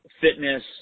fitness